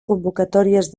convocatòries